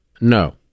No